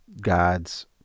God's